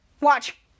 Watch